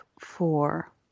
four